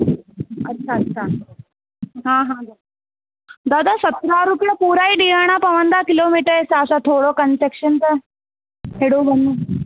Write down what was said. अच्छा अच्छा हा हा दादा दादा सत्रहं रुपया पूरा ई ॾियणा पवंदा किलोमीटर जे हिसाब सां थोरो कंसेशन त अहिड़ो